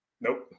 Nope